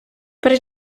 при